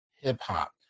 hip-hop